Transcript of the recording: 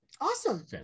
awesome